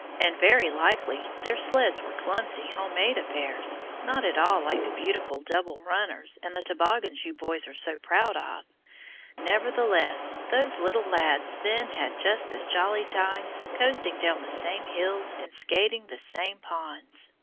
and very likely their sleds were clumsy, homemade affairs, not at all like the beautiful double-runners and the toboggans you boys are so proud of nevertheless those little lads then had just as jolly times, coasting down the same hills and skating the same ponds.